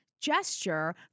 Gesture